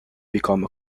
become